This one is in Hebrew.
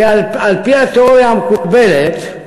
הרי על-פי התיאוריה המקובלת,